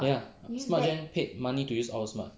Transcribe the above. ya Smartgen paid money to use OwlSmart